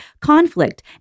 conflict